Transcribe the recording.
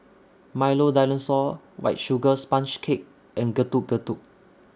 Milo Dinosaur White Sugar Sponge Cake and Getuk Getuk